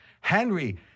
Henry